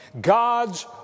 God's